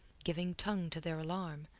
giving tongue to their alarm,